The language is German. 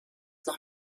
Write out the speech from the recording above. noch